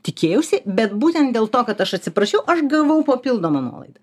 tikėjausi bet būtent dėl to kad aš atsiprašiau aš gavau papildomą nuolaidą